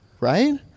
right